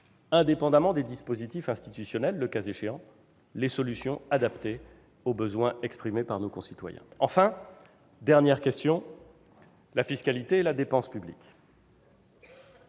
indépendamment des dispositifs institutionnels, le cas échéant, les solutions adaptées aux besoins exprimés par nos concitoyens. Troisième et dernière question : la fiscalité et la dépense publique.